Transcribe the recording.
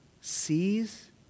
sees